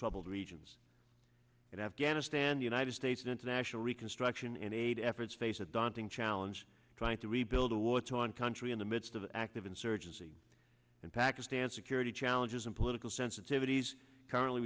troubled regions in afghanistan the united states international reconstruction and aid efforts face a daunting challenge trying to rebuild a war torn country in the midst of active insurgency and pakistan security challenges and political sensitivities currently